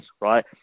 right